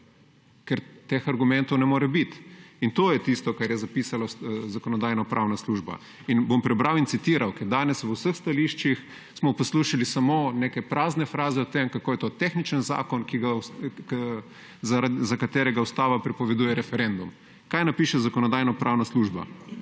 Ker teh argumentov ne more biti. In to je tisto, kar je zapisala Zakonodajno-pravna služba. In bom prebral in citiral, ker danes v vseh stališčih smo poslušali samo neke prazne fraze o tem, kako je to tehničen zakon, za katerega ustava prepoveduje referendum. Kaj napiše Zakonodajno-pravna služba?